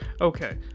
Okay